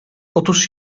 otóż